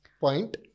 point